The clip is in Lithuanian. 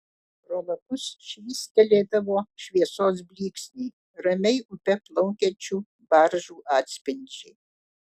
pro lapus švystelėdavo šviesos blyksniai ramiai upe plaukiančių baržų atspindžiai